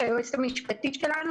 היועצת המשפטית שלנו.